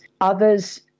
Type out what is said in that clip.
Others